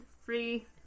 free